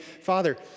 Father